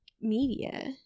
media